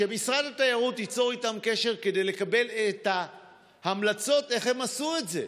שמשרד התיירות ייצור איתן קשר כדי לקבל את ההמלצות איך הן עשו את זה.